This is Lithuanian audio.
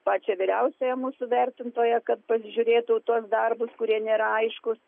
pačią vyriausiąją mūsų vertintoją kad pasižiūrėtų tuos darbus kurie nėra aiškūs